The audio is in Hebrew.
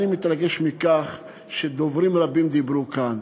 אני מתרגש מכך שדוברים רבים דיברו כאן,